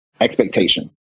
Expectation